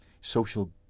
social